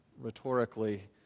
rhetorically